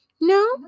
No